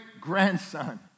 grandson